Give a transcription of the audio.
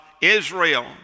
Israel